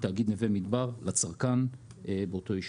מתאגיד נווה מדבר לצרכן באותו יישוב.